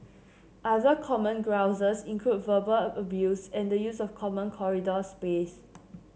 other common grouses include verbal abuse and the use of common corridor space